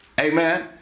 Amen